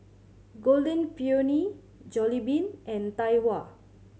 Golden Peony Jollibean and Tai Hua